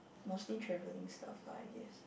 mostly traveling stuff lah I guess